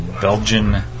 Belgian